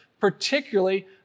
particularly